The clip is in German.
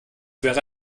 wäre